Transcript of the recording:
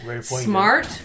smart